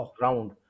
round